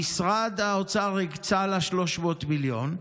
משרד האוצר הקצה לה 300 מיליון,